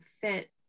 fit